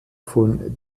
von